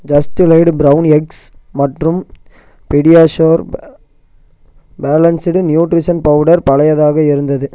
just laid brown eggs மற்றும் PediaSure balanced nutrition powder பழையதாக இருந்தது